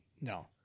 No